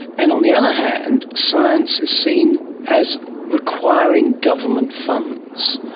and on the other hand, science is seen as requiring government funds,